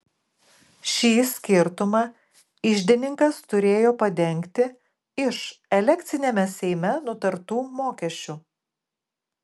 šį skirtumą iždininkas turėjo padengti iš elekciniame seime nutartų mokesčių